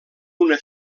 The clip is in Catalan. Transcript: una